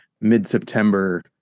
mid-September